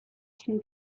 can